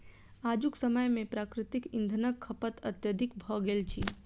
आजुक समय मे प्राकृतिक इंधनक खपत अत्यधिक भ गेल अछि